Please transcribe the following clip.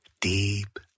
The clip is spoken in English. deep